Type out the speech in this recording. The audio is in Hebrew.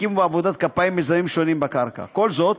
והקימו בעבודת כפיים מיזמים שונים בקרקע, וכל זאת,